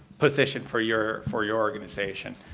position for your for your organization.